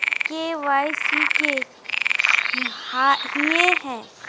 KYC की हिये है?